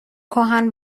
کهن